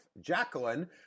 Jacqueline